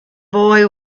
boy